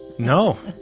no.